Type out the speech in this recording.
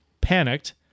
panicked